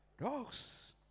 Dogs